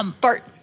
Bart